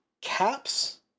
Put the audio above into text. caps